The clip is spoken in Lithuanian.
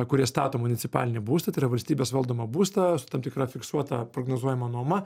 kurie stato municipalinį būstą tai yra valstybės valdomą būstą su tam tikra fiksuota prognozuojama nuoma